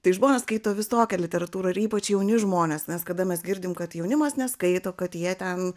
tai žmonės skaito visokią literatūrą ir ypač jauni žmonės nes kada mes girdim kad jaunimas neskaito kad jie ten